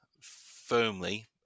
firmly